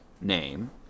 name